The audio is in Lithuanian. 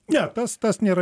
ne tas tas nėra